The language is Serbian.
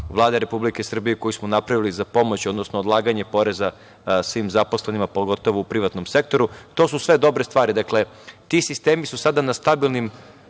Vlade Republike Srbije koju smo napravili za pomoć, odnosno odlaganje poreza svim zaposlenima, pogotovo u privatnom sektoru. To su sve dobre stvari. Dakle, ti sistemi su sada na stabilnim